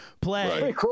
play